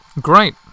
great